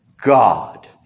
God